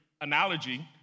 analogy